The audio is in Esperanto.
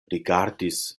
rigardis